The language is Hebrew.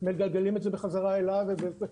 ומגלגלים את זה בחזרה אליו.